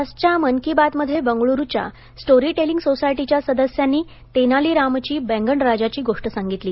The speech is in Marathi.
आजच्या मन की बातमध्ये बंगळुरूच्या स्टोरी टेलिंग सोसायटीच्या सदस्यांनी तेनालीरामची बैंगनराजाची गोष्ट सांगितली